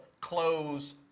close